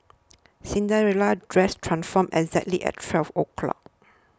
Cinderella's dress transformed exactly at twelve o'clock